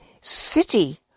city